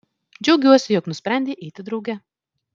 džiaugiuosi jog nusprendei eiti drauge